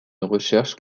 recherche